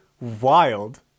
wild